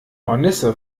hornisse